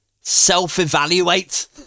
self-evaluate